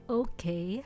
okay